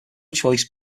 choice